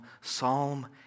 Psalm